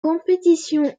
compétition